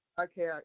okay